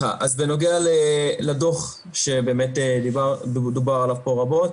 בנוגע לדוח שבאמת דובר עליו פה רבות,